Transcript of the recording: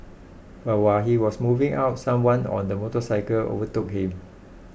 but while he was moving out someone on a motorcycle overtook him